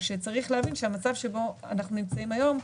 כשצריך להבין שהמצב שבו אנחנו נמצאים היום,